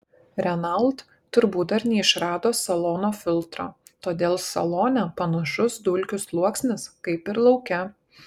renault turbūt dar neišrado salono filtro todėl salone panašus dulkių sluoksnis kaip ir lauke